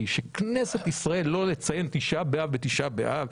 שכנסת ישראל לא תציין ט' באב ב-א' באב?